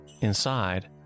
Inside